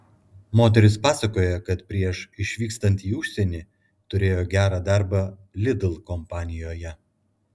moteris pasakoja kad prieš išvykstant į užsienį turėjo gerą darbą lidl kompanijoje